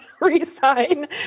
resign